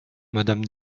madame